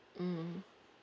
mm